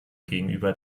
gegenüber